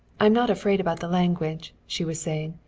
i'm not afraid about the language, she was saying.